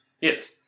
Yes